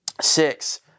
Six